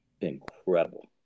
incredible